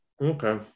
okay